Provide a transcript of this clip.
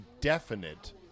definite